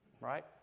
Right